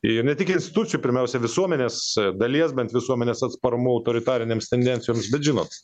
ir ne tik institucijų pirmiausia visuomenės dalies bent visuomenės atsparumu autoritarinėms tendencijoms bet žinot